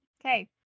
Okay